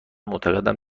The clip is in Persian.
معتقدم